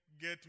get